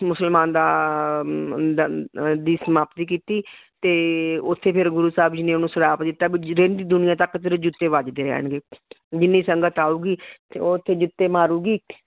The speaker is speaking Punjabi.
ਮੁਸਲਮਾਨ ਦਾ ਦੀ ਸਮਾਪਤੀ ਕੀਤੀ ਅਤੇ ਉੱਥੇ ਫਿਰ ਗੁਰੂ ਸਾਹਿਬ ਜੀ ਨੇ ਉਹਨੂੰ ਸਰਾਪ ਦਿੱਤਾ ਰਹਿੰਦੀ ਦੁਨੀਆ ਤੱਕ ਤੇਰੇ ਜੁੱਤੇ ਵੱਜਦੇ ਰਹਿਣਗੇ ਜਿੰਨੀ ਸੰਗਤ ਆਊਗੀ ਅਤੇ ਉੱਥੇ ਜੁੱਤੇ ਮਾਰੇਗੀ